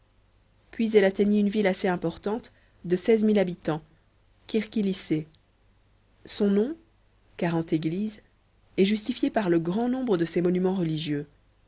puis elle atteignit une ville assez importante de seize mille habitants kirk kilissé son nom quarante églises est justifié par le grand nombre de ses monuments religieux